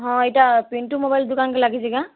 ହଁ ଇ'ଟା ପିଣ୍ଟୁ ମୋବାଇଲ୍ ଦୁକାନ୍କେ ଲାଗିଛେ କାଏଁ